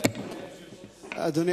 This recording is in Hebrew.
אדוני